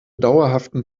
dauerhaften